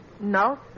No